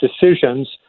decisions